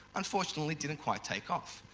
unfortunately, it didn't quite take off.